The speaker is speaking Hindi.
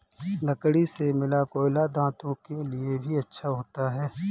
लकड़ी से मिला कोयला दांतों के लिए भी अच्छा होता है